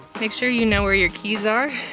make sure you know where your keys are.